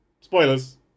Spoilers